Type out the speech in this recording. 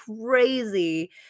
crazy